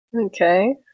Okay